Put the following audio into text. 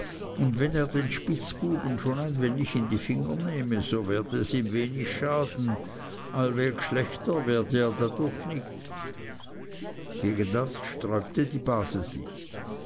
und wenn er den spitzbuben schon ein wenig in die finger nehme so werde es ihm wenig schaden allweg schlechter werde er dadurch nicht gegen das sträubte die base sich